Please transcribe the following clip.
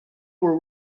will